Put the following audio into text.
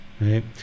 right